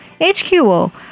HQO